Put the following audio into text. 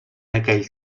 aquell